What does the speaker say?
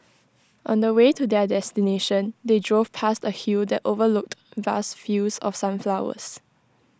on the way to their destination they drove past A hill that overlooked vast fields of sunflowers